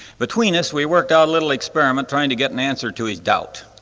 between us we worked out a little experiment trying to get an answer to his doubt.